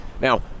Now